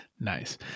Nice